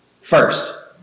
First